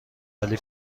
ولی